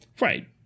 Right